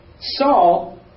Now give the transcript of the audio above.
Saul